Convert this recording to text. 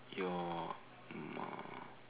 your mom